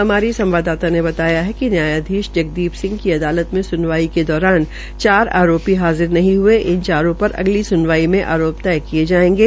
हमारी संवाददाता ने बताया है कि न्यायाधीश जगदीप सिंह की अदालत में स्नवाई के दौरान चार आरोपी हाजिर हये इन चारों पर अगली स्नवाई में आरोप तय किये जायेंगे